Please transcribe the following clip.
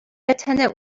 attendant